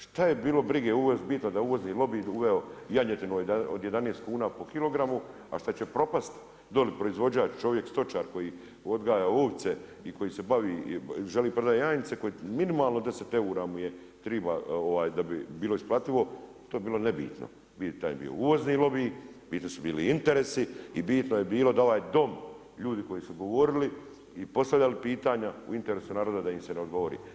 Šta je bilo brige, ovo je bitno da je uvozni lobi uveo janjetinu od 11 kuna po kilogramu a što će propasti dolje proizvođač, čovjek, stočar koji odgaja ovce i koji se bavi, želi i prodaje janjce koji, minimalno 10 eura mu je, treba da bi bilo isplativo, to bi bilo nebitno, taj bio uvozni lobi, bitni su bili interesi i bitno je bilo da ovaj Dom, ljudi koji su govorili i postavljali pitanja u interesu naroda da im se ne odgovori.